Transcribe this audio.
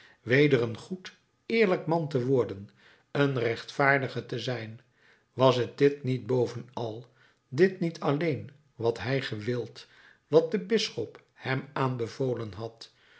een goed eerlijk man te worden een rechtvaardige te zijn was het dit niet bovenal dit niet alleen wat hij gewild wat de bisschop hem aanbevolen had